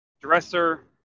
dresser